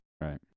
Right